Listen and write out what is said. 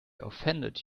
offended